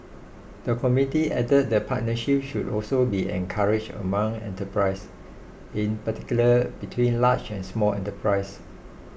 the committee added that partnerships should also be encouraged among enterprises in particular between large and small enterprises